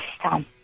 Tom